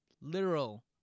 literal